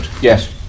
yes